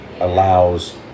allows